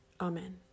Amen